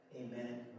amen